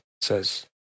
says